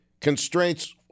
constraints